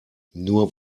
nur